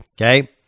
okay